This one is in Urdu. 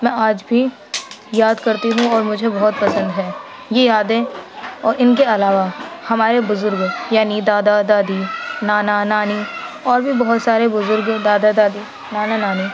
میں آج بھی یاد کرتی ہوں اور مجھے بہت پسند ہے یہ یادیں اور ان کے علاوہ ہمارے بزرگ یعنی دادا دادی نانا نانی اور بھی بہت سارے بزرگ دادا دادی نانا نانی